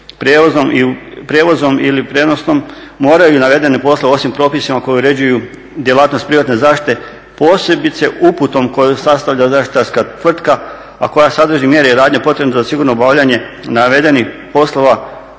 prijevoznom ili prijenosnom moraju navedene poslove osim propisima koji uređuju djelatnost privatne zaštite posebice uputom kojom sastavlja zaštitarska tvrtka, a koja sadrži mjere i radnje potrebne za obavljanje navedenih poslova